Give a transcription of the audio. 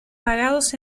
pagados